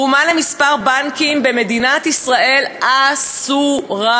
תרומה לכמה בנקים במדינת ישראל אסורה,